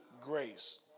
grace